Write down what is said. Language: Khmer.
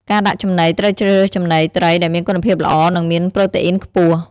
ការដាក់ចំណីត្រូវជ្រើសរើសចំណីត្រីដែលមានគុណភាពល្អ និងមានប្រូតេអ៊ីនខ្ពស់។